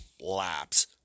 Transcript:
laps